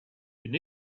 une